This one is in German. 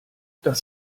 das